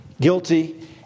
guilty